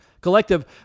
collective